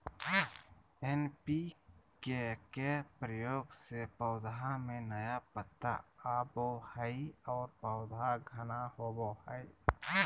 NPK के प्रयोग से पौधा में नया पत्ता आवो हइ और पौधा घना होवो हइ